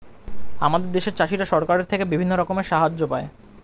আমাদের দেশের চাষিরা সরকারের থেকে বিভিন্ন রকমের সাহায্য পায়